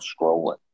scrolling